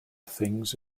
things